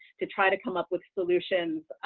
to try to come up with solutions,